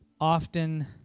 often